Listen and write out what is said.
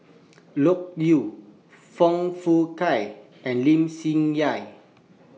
Loke Yew Foong Fook Kay and Lim Swee Say